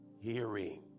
hearing